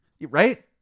Right